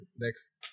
next